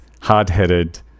hard-headed